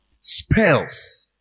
spells